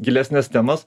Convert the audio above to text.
gilesnes temas